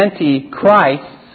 Antichrists